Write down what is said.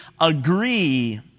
agree